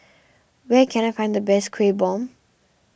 where can I find the best Kueh Bom